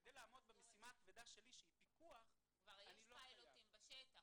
כדי לעמוד במשימת הפיקוח שלי --- כבר יש פילוטים בשטח.